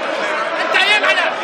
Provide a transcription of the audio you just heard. תעזוב.